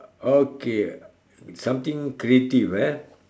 okay something creative eh